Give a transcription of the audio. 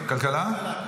כלכלה?